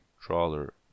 trawler